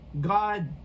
God